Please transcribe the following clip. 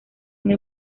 una